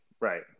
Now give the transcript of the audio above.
Right